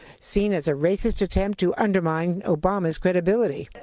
seen as a racist attempt to undermine obama's credibility.